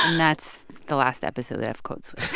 that's the last episode of code switch